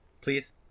please